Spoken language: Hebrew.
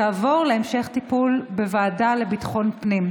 תעבור להמשך טיפול בוועדה לביטחון הפנים.